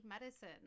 medicine